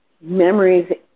memories